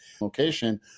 location